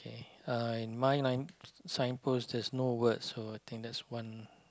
k uh in my line signpost there's no words so I think that's one